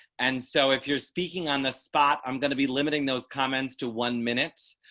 and so if you're speaking on the spot. i'm going to be limiting those comments to one minute.